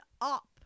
up